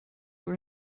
were